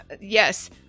yes